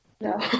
no